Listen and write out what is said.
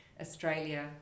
Australia